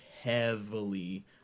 heavily